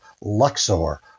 Luxor